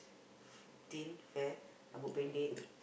thin fair rambut pendek